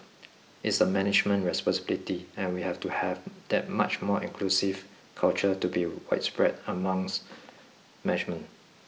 it's a management responsibility and we have to have that much more inclusive culture to be widespread amongst management